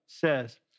Says